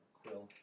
quill